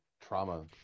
trauma